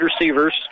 receivers